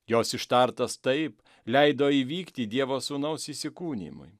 jos ištartas taip leido įvykti dievo sūnaus įsikūnijimui